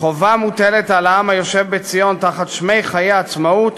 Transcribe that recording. חובה מוטלת על העם היושב בציון תחת שמי חיי עצמאות